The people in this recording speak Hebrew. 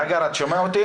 נגר, אתה שומע אותי?